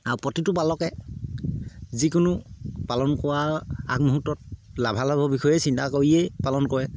আৰু প্ৰতিটো পালকে যিকোনো পালন কৰা আগমুহূৰ্তত লাভালাভৰ বিষয়ে চিন্তা কৰিয়েই পালন কৰে